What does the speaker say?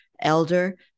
elder